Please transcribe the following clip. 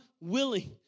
willing